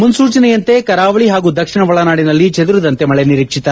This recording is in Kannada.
ಮುನೂಚನೆಯಂತೆ ಕರಾವಳಿ ಹಾಗೂ ದಕ್ಷಿಣ ಒಳನಾಡಿನಲ್ಲಿ ಚದುರಿದಂತೆ ಮಳೆ ನಿರೀಕ್ಷಿತ